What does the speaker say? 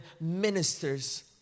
ministers